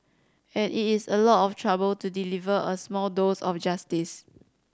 and it is a lot of trouble to deliver a small dose of justice